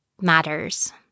matters